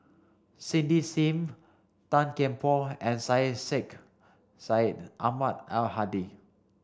Cindy Sim Tan Kian Por and Syed Sheikh Syed Ahmad Al Hadi